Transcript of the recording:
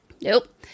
Nope